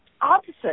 opposite